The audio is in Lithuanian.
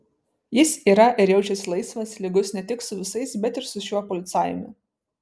jis yra ir jaučiasi laisvas lygus ne tik su visais bet ir su šiuo policajumi